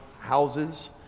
houses